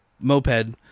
moped